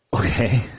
Okay